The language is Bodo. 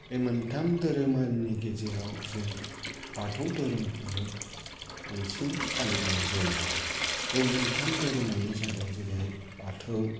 बे मोनथाम धोरोमारिनि गेजेराव जों बाथौ धोरोमखौनो बांसिन फालिनाय जायो बे मोनथाम धोरोमानो जादों जेरैहाय बाथौ